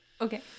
Okay